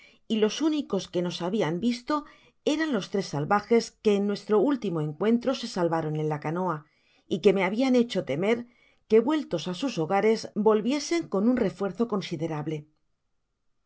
y los únicos que nos habian visto eran los tres salvajes que en nuestro último encuentro se salvaron en la canoa y que me hablan hecho temer que vueltos á sus hogares volviesen con un refuerzo conside